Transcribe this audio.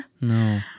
No